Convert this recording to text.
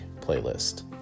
Playlist